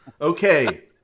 Okay